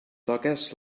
toques